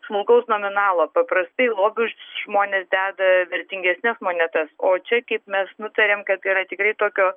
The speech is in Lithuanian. smulkaus nominalo paprastai į lobius žmonės deda vertingesnes monetas o čia kaip mes nutarėme kad yra tikrai tokio